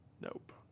Nope